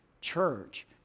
church